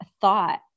thought